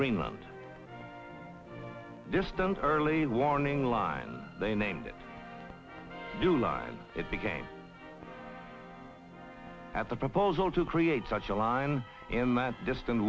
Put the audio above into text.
greenland distant early warning line they named two lines it became at the proposal to create such a line in the distant